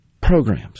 Programs